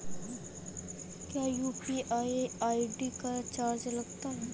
क्या UPI ID का charge लगता है?